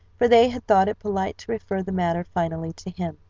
for they had thought it polite to refer the matter finally to him.